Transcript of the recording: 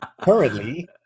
Currently